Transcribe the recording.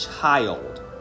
child